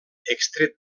extret